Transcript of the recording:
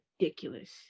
ridiculous